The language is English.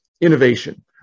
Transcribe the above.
innovation